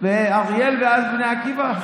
קודם באריאל ואחרי זה בבני עקיבא.